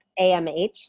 AMH